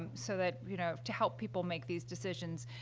um so that, you know to help people make these decisions?